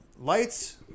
lights